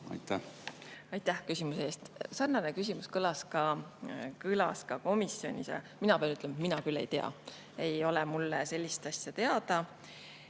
Aitäh küsimuse eest! Sarnane küsimus kõlas ka komisjonis. Mina pean ütlema, et mina küll ei tea, mulle ei ole sellist asja teada.